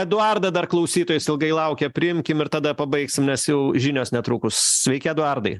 eduardą dar klausytojas ilgai laukia priimkim ir tada pabaigsim nes jau žinios netrukus sveiki eduardai